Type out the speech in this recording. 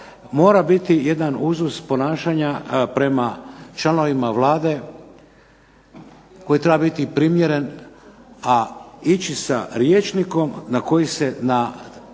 mora biti jedan uzust ponašanja prema članovima Vlade koji treba biti primjeren, a ići sa rječnikom na koji se na